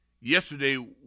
yesterday